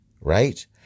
right